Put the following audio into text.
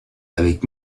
avec